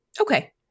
Okay